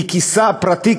מכיסה הפרטי,